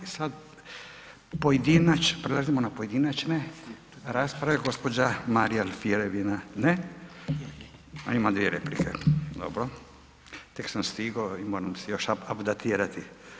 Prelazimo na pojedinačne rasprave, gđa. Marija Alfirev je, ne, a ima dvije replike, dobro, tek sam stigao i moram se još updatirati.